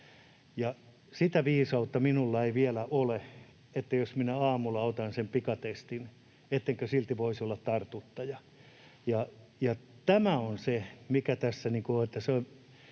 sitä viisautta minulla ei vielä ole, että jos minä aamulla otan sen pikatestin, et-tenkö silti voisi olla tartuttaja. Ja tämä on se, mikä tässä on.